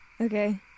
Okay